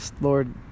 Lord